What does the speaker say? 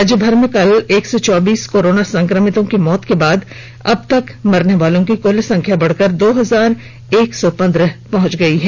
राज्यभर में कल एक सौ चौबीस कोरोना संक्रमितों की मौत के बाद अब तक मरने वालों की कुल संख्या बढ़कर दो हजार एक सौ पंद्रह पहुंच गई है